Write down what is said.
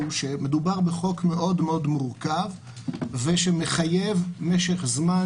שמדובר בחוק מאוד מאוד מורכב שמחייב משך זמן